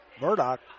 Murdoch